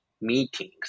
meetings